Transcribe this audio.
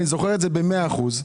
אני זוכר את זה במאה אחוזים.